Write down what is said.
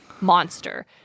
monster